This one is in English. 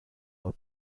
our